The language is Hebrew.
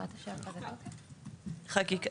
--חקיקה.